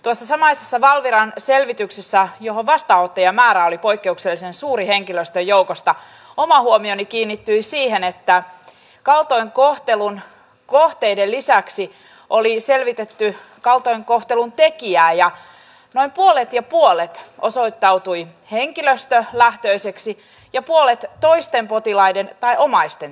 tuossa samaisessa valviran selvityksessä jonka vastaanottajamäärä oli poikkeuksellisen suuri henkilöstön joukosta oma huomioni kiinnittyi siihen että kaltoinkohtelun kohteiden lisäksi oli selvitetty kaltoinkohtelun tekijää ja noin puolet osoittautui henkilöstölähtöiseksi ja puolet toisten potilaiden tai omaisten tekemäksi